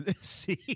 see